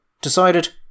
decided